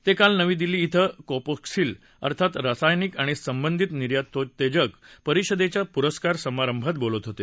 ते काल नवी दिल्ली इथं केपेक्सिल अर्थात रासायनिक आणि संबंधित निर्यातोत्तेजक परिषदेच्या पुरस्कार समारंभात बोलत होते